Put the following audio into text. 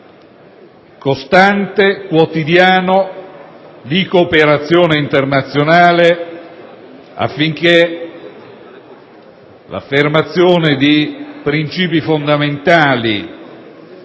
costante, quotidiano, di cooperazione internazionale, affinché l'affermazione dei princìpi fondamentali